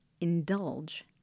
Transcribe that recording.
Indulge